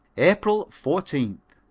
april fourteenth.